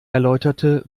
erläuterte